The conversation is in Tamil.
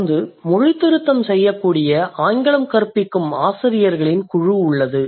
தொடர்ந்து மொழித்திருத்தம் செய்யக்கூடிய ஆங்கிலம் கற்பிக்கும் ஆசிரியர்களின் மற்றொரு குழு உள்ளது